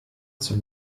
zur